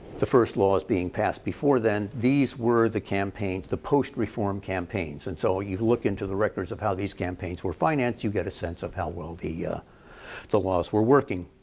the first laws passed before then, these were the campaigns, the post-reform campaigns. and so ah you look into the record of how these campaigns were financed, you get a sense of how well the yeah the laws were working.